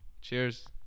Cheers